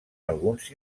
alguns